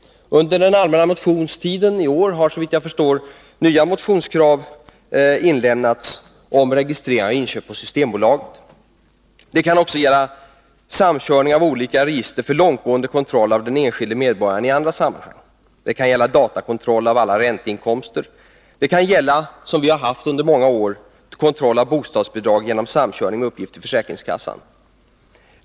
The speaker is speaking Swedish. Under den allmänna motionstiden i år har såvitt jag förstår nya motionskrav inlämnats om registrering av inköp på Systembolaget. Det kan också gälla samkörning av olika register för långtgående kontroll av den enskilde medborgaren i andra sammanhang. Det kan gälla datakontroll av alla ränteinkomster, det kan gälla — som vi har haft under många år — kontroll av bostadsbidrag genom samkörning med uppgifter till försäkringskassan.